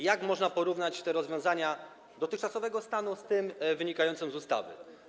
Jak można porównać te rozwiązania z dotychczasowego stanu z tymi wynikającymi z ustawy?